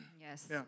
Yes